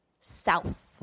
south